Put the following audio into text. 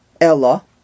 Ella